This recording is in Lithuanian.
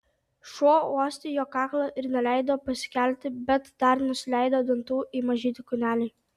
šuo uostė jo kaklą ir neleido pasikelti bet dar nesuleido dantų į mažytį kūnelį